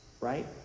right